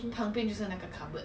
you know my my